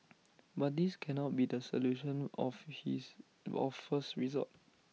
but this cannot be the solution of his of first resort